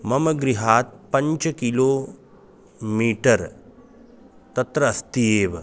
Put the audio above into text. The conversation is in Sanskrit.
मम गृहात् पञ्च किलो मीटर् तत्र अस्ति एव